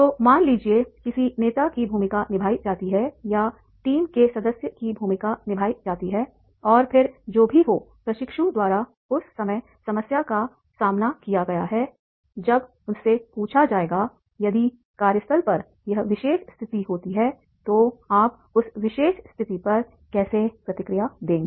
तो मान लीजिए किसी नेता की भूमिका निभाई जाती है या टीम के सदस्य की भूमिका निभाई जाती है और फिर जो भी हो प्रशिक्षु द्वारा उस समय समस्या का सामना किया गया है जब उससे पूछा जाएगा यदि कार्यस्थल पर यह विशेष स्थिति होती है तो आप उस विशेष स्थिति पर कैसे प्रतिक्रिया देंगे